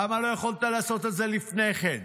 למה לא יכולת לעשות את זה לפני כן?